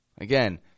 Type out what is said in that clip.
Again